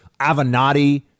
Avenatti